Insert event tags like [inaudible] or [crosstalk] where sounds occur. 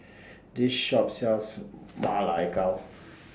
This Shop sells [noise] Ma Lai Gao